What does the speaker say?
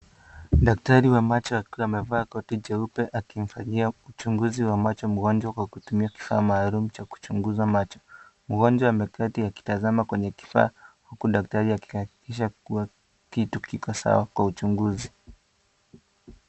Daktari wa macho akiwa amevaa koti jeupe, akimfanyia uchunguzi wa macho mgonjwa kwa kutumia kifaa maalum cha kuchunguza macho, mgonjwa ameketi akitazama kwenye kifaa, huku daktari akilisha kuwa, kitu kiko sawa kwa uchunguzi.